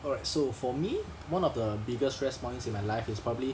alright so for me one of the biggest stress points in my life is probably